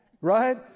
Right